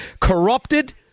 corrupted